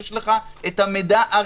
כשיש לך את המידע הרלוונטי,